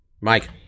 Mike